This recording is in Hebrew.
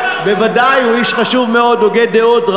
בוודאי, הוא איש חשוב מאוד, הוגה דעות.